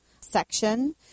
section